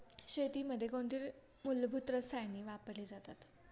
शेतीमध्ये कोणती मूलभूत रसायने वापरली जातात?